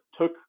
took